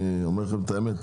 אני אומר לכם את האמת,